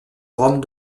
rome